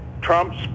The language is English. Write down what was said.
Trump's